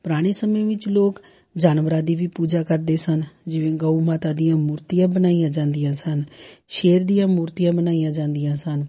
ਪੁਰਾਣੇ ਸਮੇਂ ਵਿੱਚ ਲੋਕ ਜਾਨਵਰਾਂ ਦੀ ਵੀ ਪੂਜਾ ਕਰਦੇ ਸਨ ਜਿਵੇਂ ਗਊ ਮਾਤਾ ਦੀਆਂ ਮੂਰਤੀਆਂ ਬਣਾਈਆਂ ਜਾਂਦੀਆਂ ਸਨ ਸ਼ੇਰ ਦੀਆਂ ਮੂਰਤੀਆਂ ਬਣਾਈਆਂ ਜਾਂਦੀਆਂ ਸਨ